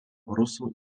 rusų